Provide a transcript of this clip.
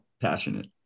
passionate